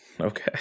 Okay